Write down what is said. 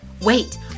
Wait